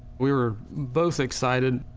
we were both excited.